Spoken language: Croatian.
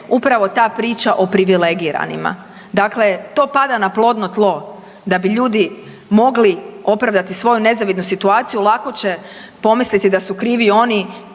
upravo ta priča o privilegiranima. Dakle, to pada na plodno tlo. Da bi ljudi mogli opravdati svoju nezavidnu situaciju lako će pomisliti da su krivi i